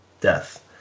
death